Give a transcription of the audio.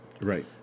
Right